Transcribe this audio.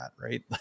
right